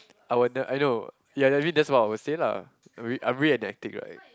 I will I know ya that means that's what I will say lah I'm re~ I'm reenacting right